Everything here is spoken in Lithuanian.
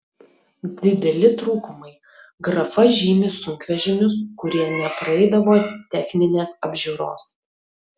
dideli trūkumai grafa žymi sunkvežimius kurie nepraeidavo techninės apžiūros